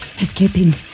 escaping